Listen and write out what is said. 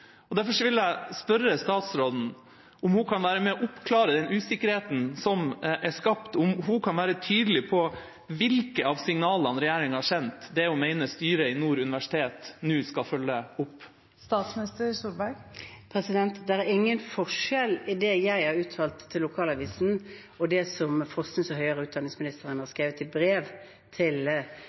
Derfor vil jeg spørre statsministeren om hun kan være med og oppklare den usikkerheten som er skapt, om hun kan være tydelig på hvilke av signalene regjeringa har sendt, hun mener styret i Nord universitet nå skal følge opp. Det er ingen forskjell på det jeg har uttalt til lokalavisen, og det som forsknings- og høyere utdanningsministeren har skrevet i brev til